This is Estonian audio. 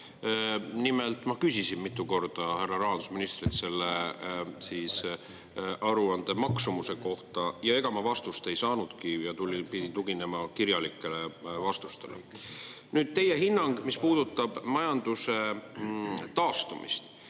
ma küsisin, mitu korda härra rahandusministrilt selle aruande maksumuse kohta ja ega ma vastust ei saanudki ja pidin tuginema kirjalikele vastustele. Nüüd, teie hinnang, mis puudutab majanduse taastumist,